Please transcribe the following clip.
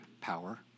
power